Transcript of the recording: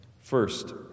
First